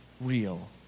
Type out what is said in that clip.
real